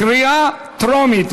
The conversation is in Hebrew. קריאה טרומית.